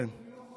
כן.